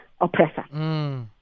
oppressor